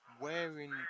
wearing